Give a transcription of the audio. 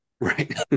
Right